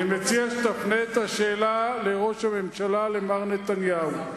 אני מציע שתפנה את השאלה לראש הממשלה, למר נתניהו.